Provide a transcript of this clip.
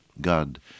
God